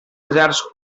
deserts